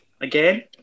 Again